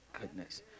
goodness